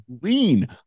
lean